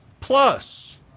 plus